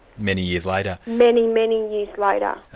many years later. many, many years later.